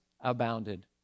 abounded